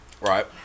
Right